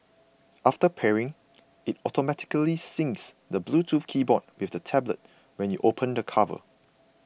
after pairing it automatically syncs the Bluetooth keyboard with the tablet when you open the cover